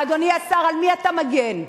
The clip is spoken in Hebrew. אדוני השר, על מי אתה מגן?